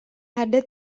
ada